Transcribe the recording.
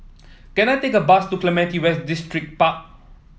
can I take a bus to Clementi West Distripark